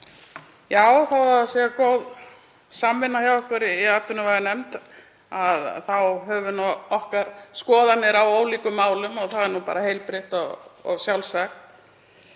að það sé góð samvinna hjá okkur í atvinnuveganefnd þá höfum við okkar skoðanir á ólíkum málum og það er bara heilbrigt og sjálfsagt.